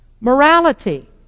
Morality